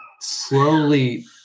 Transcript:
slowly